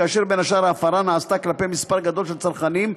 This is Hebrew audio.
כאשר בין השאר ההפרה נעשתה כלפי מספר גדול של צרכנים,